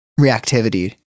reactivity